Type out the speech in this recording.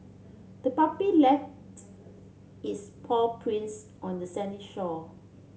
the puppy lefts its paw prints on the sandy shore